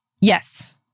Yes